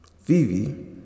Vivi